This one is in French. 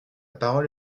parole